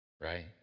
Right